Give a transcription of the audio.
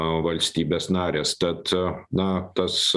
valstybės narės tad na tas